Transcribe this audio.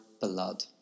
blood